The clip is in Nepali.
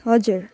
हजुर